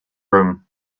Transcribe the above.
room